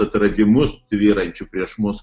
atradimus tvyrančių prieš mus